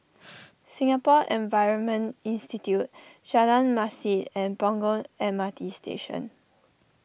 Singapore Environment Institute Jalan Masjid and Punggol M R T Station